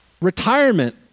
Retirement